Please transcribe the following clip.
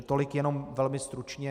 Tolik jenom velmi stručně.